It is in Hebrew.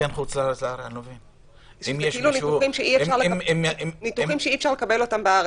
ניתוחים שאי-אפשר לקבלם בארץ,